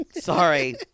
Sorry